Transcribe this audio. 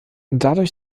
dadurch